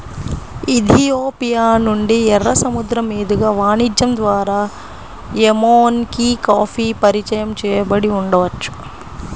Ethiopia నుండి, ఎర్ర సముద్రం మీదుగా వాణిజ్యం ద్వారా ఎమెన్కి కాఫీ పరిచయం చేయబడి ఉండవచ్చు